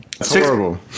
horrible